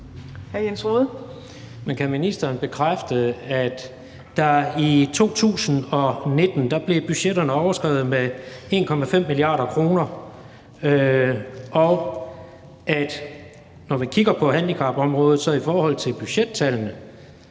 Men kan ministeren bekræfte, at budgetterne i 2019 blev overskredet med 1,5 mia. kr., og at der, når vi kigger på handicapområdet i forhold til budgetterne